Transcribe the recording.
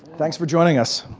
thanks for joining us.